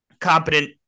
competent